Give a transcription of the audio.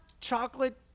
chocolate